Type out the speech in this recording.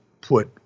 put